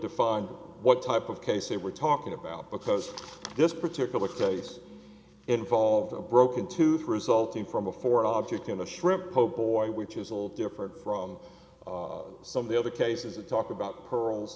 define what type of case they were talking about because this particular case involved a broken tooth resulting from a foreign object in a shrimp po boy which is a little different from some of the other cases that talk about pearls